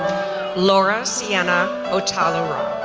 laura sierra otalvaro,